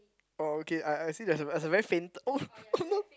orh okay I I see there's a there's a very faint oh oh no